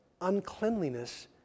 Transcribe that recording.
uncleanliness